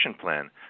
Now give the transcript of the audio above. plan